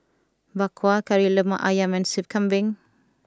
Bak Kwa Kari Lemak Ayam and Soup Kambing